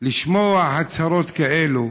לשמוע הצהרות כאלו?